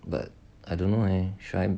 but I don't know eh should I